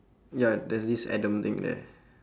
ya there's this adam thing there